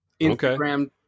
Instagram